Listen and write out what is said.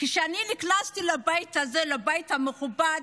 כשאני נכנסתי לבית הזה, לבית המכובד,